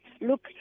Look